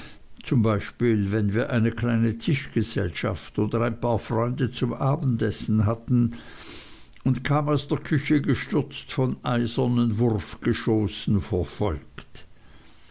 zum beispiel wenn wir eine kleine tischgesellschaft oder ein paar freunde zum abendessen hatten und kam aus der küche gestürzt von eisernen wurfgeschossen verfolgt